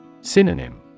Synonym